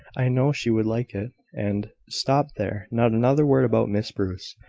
i know she would like it, and stop there! not another word about miss bruce!